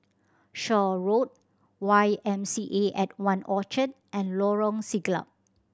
Shaw Road Y M C A at One Orchard and Lorong Siglap